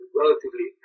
relatively